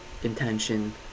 Intention